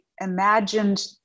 imagined